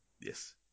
Yes